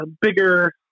bigger